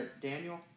Daniel